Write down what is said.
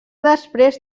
després